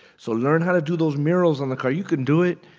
so learn how to do those murals on the car. you can do it.